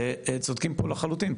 צודקים פה לחלוטין,